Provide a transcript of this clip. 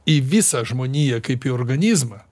į visą žmoniją kaip į organizmą